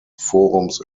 forums